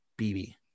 BB